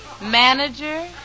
Manager